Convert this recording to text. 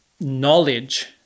knowledge